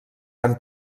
han